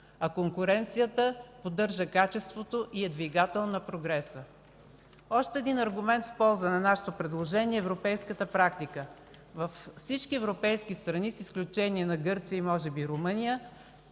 а конкуренцията поддържа качеството и е двигател на прогреса. Още един аргумент в полза на нашето предложение е европейската практика. Във всички европейски страни, може би с изключение на Гърция и Румъния,